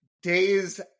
days